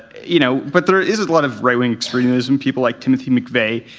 you know but there is a lot of right wing extremism. people like timothy mcveigh, a